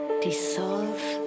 dissolve